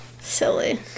Silly